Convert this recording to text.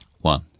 One